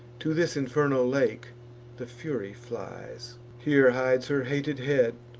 to this infernal lake the fury flies here hides her hated head,